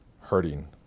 hurting